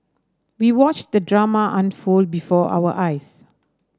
we watched the drama unfold before our eyes